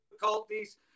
difficulties